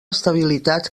estabilitat